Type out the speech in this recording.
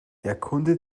erkunde